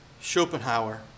Schopenhauer